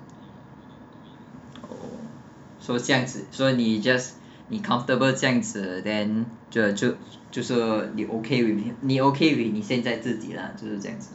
oh 所以这样子所以你 just be comfortable 这样子 then err 所以就就是你 okay with 你 okay with 你现在自己 lah 就是这样子